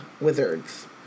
wizards